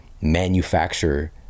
manufacture